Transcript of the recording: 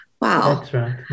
Wow